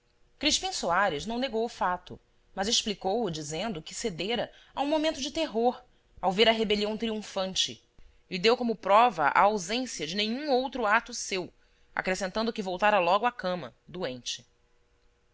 crispim soares não negou o fato mas explicou o dizendo que cedera a um movimento de terror ao ver a rebelião triunfante e deu como prova a ausência de nenhum outro aro seu acrescentando que voltara logo à cama doente